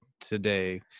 today